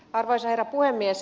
arvoisa herra puhemies